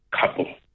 couple